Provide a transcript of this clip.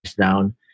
down